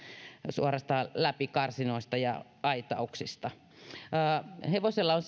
suorastaan läpi karsinoista ja aitauksista hevonen on